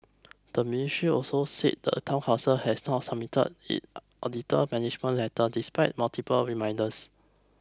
the ministry also said the Town Council has not submitted its auditor management letter despite multiple reminders